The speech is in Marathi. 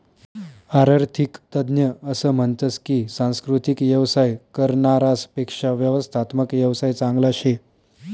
आरर्थिक तज्ञ असं म्हनतस की सांस्कृतिक येवसाय करनारास पेक्शा व्यवस्थात्मक येवसाय चांगला शे